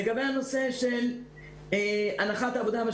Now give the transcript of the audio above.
לגבי הנושא של הנחות העבודה לעתיד,